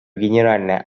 генеральная